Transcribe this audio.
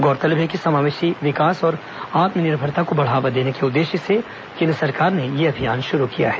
गौरतलब है कि समावेशी विकास और आत्मनिर्भरता को बढ़ावा देने के उद्देश्य से केन्द्र सरकार ने यह अभियान शुरू किया है